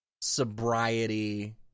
sobriety